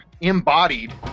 embodied